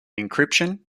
encryption